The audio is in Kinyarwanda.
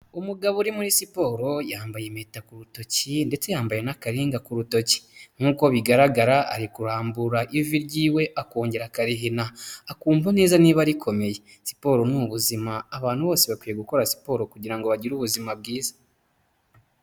Umugabo uri muri siporo, yambaye impeta ku rutoki, ndetse yambaye n'akaringa ku rutoki, nkukouko bigaragara ari kurambura ivi ryiwe, akongera akarihina, akumva neza niba rikomeye siporo ni ubuzima, abantu bose bakwiye gukora siporo, kugira ngo bagire ubuzima bwiza.